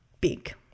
big